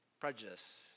prejudice